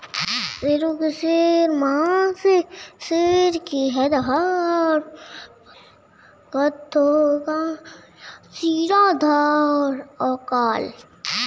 हंसिआ एक तरह का उपकरण होता है